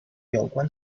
有关